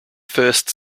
first